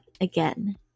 again